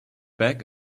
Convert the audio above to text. back